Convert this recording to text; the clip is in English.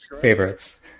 favorites